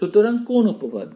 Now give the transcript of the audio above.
সুতরাং কোন উপপাদ্য